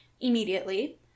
immediately